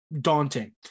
daunting